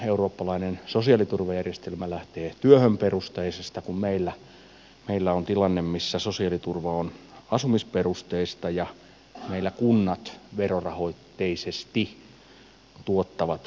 eurooppalainen sosiaaliturvajärjestelmä lähtee työperusteisuudesta kun meillä on tilanne missä sosiaaliturva on asumisperusteista ja meillä kunnat verorahoitteisesti tuottavat palvelut